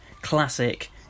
classic